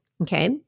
okay